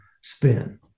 spin